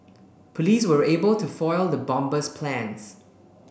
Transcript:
police were able to foil the bomber's plans